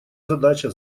задача